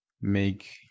make